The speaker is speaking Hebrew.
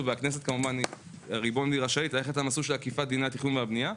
הכנסת היא ריבון ורשאית ללכת למסלול של עקיפת דיני התכנון והבנייה,